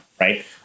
right